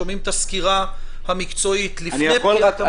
שומעים את הסקירה המקצועית לפני פקיעת המועד.